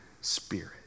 Spirit